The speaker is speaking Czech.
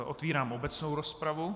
Otevírám obecnou rozpravu.